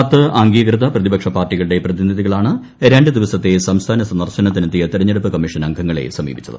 പത്ത് അംഗീകൃത പ്രതിപക്ഷ പാർട്ടികളുടെ ് പ്രതിനിധികളാണ് രണ്ട് ദിവസത്തെ സംസ്ഥാന സന്ദർശനത്തിനെത്തിയ തെരഞ്ഞെടുപ്പ് കമ്മീഷൻ അംഗങ്ങളെ സമീപിച്ചത്